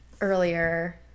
earlier